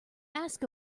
ask